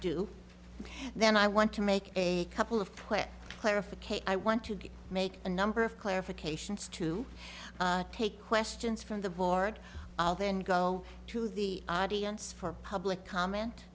do then i want to make a couple of put clarification i want to make a number of clarifications to take questions from the board then go to the audience for public comment